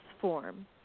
form